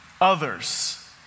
others